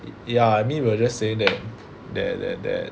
ya I mean we will just say that there that that